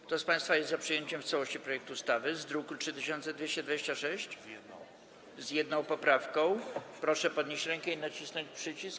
Kto z państwa jest za przyjęciem w całości projektu ustawy z druku nr 3226 z jedną poprawką, proszę podnieść rękę i nacisnąć przycisk.